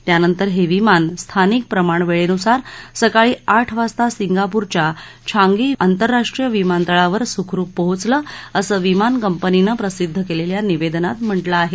त्यानंतर हे विमान स्थानिक प्रमाण वेळेनुसार सकाळी आठ वाजता सिंगापूरच्या छांगी आंतरराष्ट्रीय विमानतळावर सुखरुप पोहोचलं असं विमान कंपनीनं प्रसिद्ध केलेल्या निवेदनात म्हटलं आहे